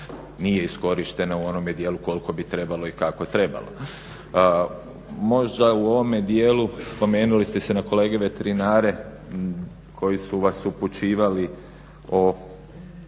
nije iskorištena u onome dijelu koliko bi trebalo i kako trebalo. Možda u ovome dijelu spomenuli ste se na kolege veterinare koji su vas upućivali o